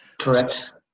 Correct